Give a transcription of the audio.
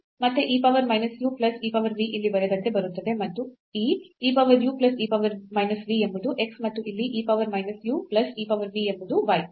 ಮತ್ತೆ e power minus u plus e power v ಇಲ್ಲಿ ಬರೆದಂತೆ ಬರುತ್ತದೆ ಮತ್ತು ಈ e power u plus e power minus v ಎಂಬುದು x ಮತ್ತು ಇಲ್ಲಿ e power minus u plus e power v ಎಂಬುದು y